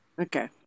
Okay